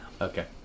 Okay